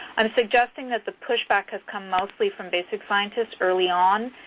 i'm suggesting that the push-back has come mostly from basic scientists early on,